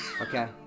Okay